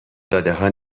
دادهها